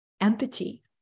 entity